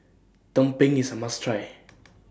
Tumpeng IS A must Try